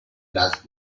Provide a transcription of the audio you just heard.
las